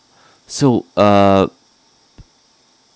so err